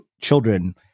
children